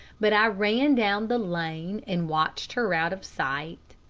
but i ran down the lane and watched her out of sight.